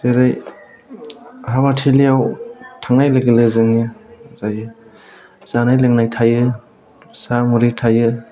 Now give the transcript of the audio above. जेरै हाबा थिलिआव थांनाय लोगो लोगो जानाय लोंनाय थायो साहा मुरि थायो